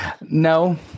No